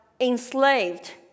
enslaved